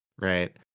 right